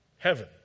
heaven